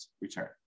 return